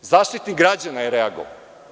Zaštitnik građana je reagovao.